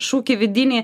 šūkį vidinį